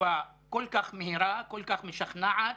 תשובה כל כך מהירה וכל כך משכנעת